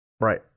Right